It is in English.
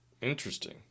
Interesting